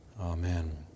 Amen